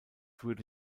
würde